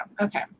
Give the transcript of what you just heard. Okay